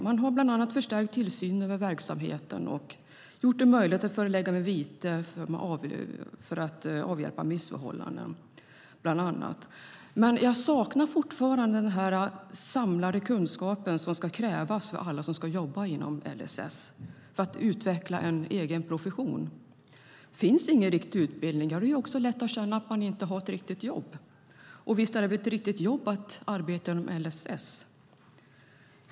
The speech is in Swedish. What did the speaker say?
Man har bland annat förstärkt tillsynen av verksamheten och gjort det möjligt med vitesförelägganden för att avhjälpa missförhållanden. Men jag saknar fortfarande den samlade kunskap som ska krävas av alla som jobbar inom LSS för att de ska utveckla en egen profession. Om det inte finns någon riktig utbildning är det lätt att känna att man inte har ett riktigt jobb. Och visst är det väl ett riktigt jobb att arbeta inom LSS?